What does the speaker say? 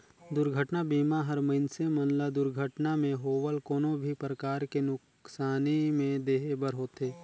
दुरघटना बीमा हर मइनसे मन ल दुरघटना मे होवल कोनो भी परकार के नुकसानी में देहे बर होथे